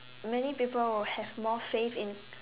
many people will have more faith in